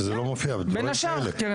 שכרגע לא קיימים בהצעה.